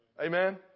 Amen